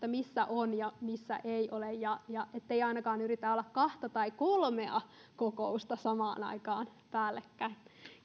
missä on ja missä ei ole ja ja ettei ainakaan yritä olla kahdessa tai kolmessa kokouksessa samaan aikaan päällekkäin